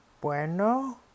Bueno